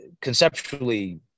conceptually